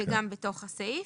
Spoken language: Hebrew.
וגם בתוך הסעיף.